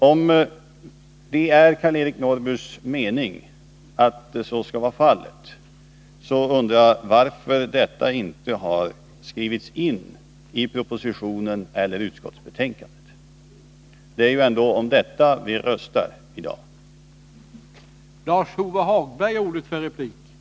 Om det är Karl-Eric Norrbys mening att så skall vara fallet undrar jag varför detta inte har skrivits in i propositionen eller utskottsbetänkandet. Det är ju ändå om detta som vi nu skall rösta.